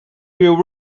you